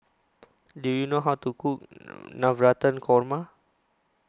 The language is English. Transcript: Do YOU know How to Cook Navratan Korma